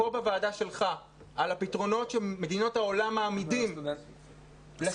פה בוועדת החינוך על הפתרונות שמדינות העולם מעמידות לסטודנטים,